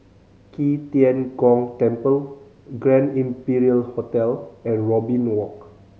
Qi Tian Gong Temple Grand Imperial Hotel and Robin Walk